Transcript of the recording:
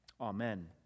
amen